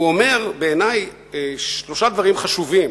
הוא אומר: בעיני, שלושה דברים חשובים,